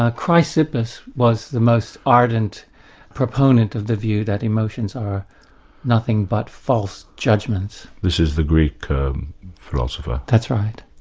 ah chrysippus was the most ardent proponent of the view that emotions are nothing but false judgments. this is the greek philosopher? that's right.